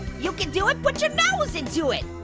you can do it, put your nose into it!